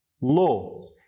law